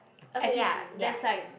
as in there's like